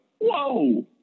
whoa